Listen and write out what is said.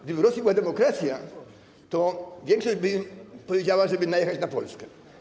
Gdyby w Rosji była demokracja, to większość by powiedziała, żeby najechać na Polskę.